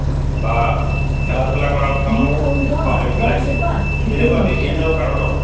বা খেলা ধূলা কৰা কথাসমূহ পাহৰি পেলাইছে এনেকুৱা বিভিন্ন কাৰণত